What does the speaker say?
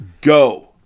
Go